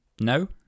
No